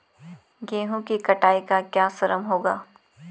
गेहूँ की कटाई का क्या श्रम होगा?